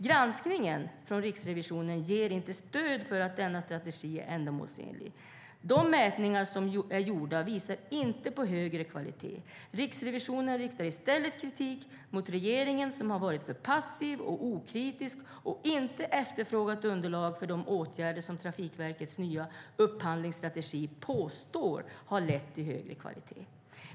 Granskningen från Riksrevisionen ger inte stöd för att denna strategi är ändamålsenlig. De mätningar som är gjorda visar inte på högre kvalitet. Riksrevisionen riktar i stället kritik mot regeringen, som har varit för passiv och okritisk och inte efterfrågat underlag för de åtgärder som Trafikverkets nya upphandlingsstrategi påstår har lett till högre kvalitet.